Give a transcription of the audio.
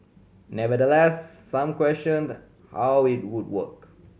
nevertheless some questioned how it would work